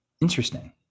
Interesting